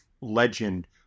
legend